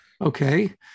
Okay